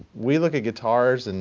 we look at guitars, and